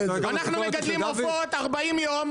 אנחנו מגדלים עופות 40 יום,